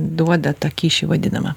duoda tą kyšį vadinamą